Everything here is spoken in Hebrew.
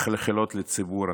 מחלחלות לציבור.